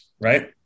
right